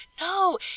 No